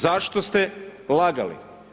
Zašto ste lagali?